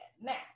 Now